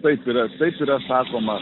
taip yra taip yra sakoma